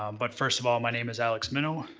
um but first of all, my name is alex mineau.